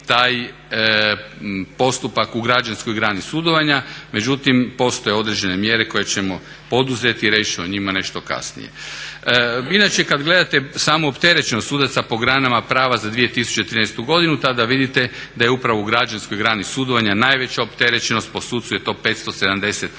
taj postupak u građanskoj grani sudovanja, međutim postoje određene mjere koje ćemo poduzeti. Reći ću o njima nešto kasnije. Inače kad gledate samu opterećenost sudaca po granama prava za 2013. godinu tada vidite da je upravo u građanskoj grani sudovanja najveća opterećenost, po sucu je to 570 predmeta